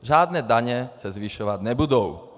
Žádné daně se zvyšovat nebudou.